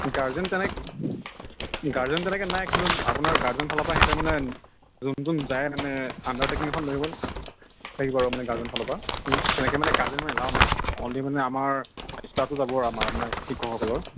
guardian তেনেকৈ guardian তেনেকৈ নাই কিন্তু আপোনাৰ গাৰ্জেনৰ ফালৰ পৰা সিহঁতে মানে যোন যোন যায় তাৰমানে আণ্ডাৰ্টেকিং এখন লৈ আহিব লাগিব আৰু মানে গাৰ্জেনৰ ফালৰ পৰা কিন্তু তেনেকৈ মানে গাৰ্জেন এলাউ নাই অনলি মানে আমাৰ ষ্টাফ যাব আৰু আমাৰ মানে শিক্ষকসকলৰ